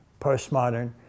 postmodern